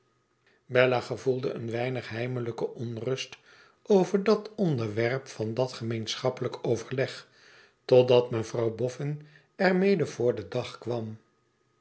bella gevoelde een weinig heimelijke onrust over het onderwerp van dat gemeenschappelijk overleg totdat mevrouw boffin er mede voor den dag kwam